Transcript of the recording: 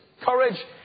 Courage